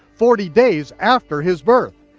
forty days after his birth.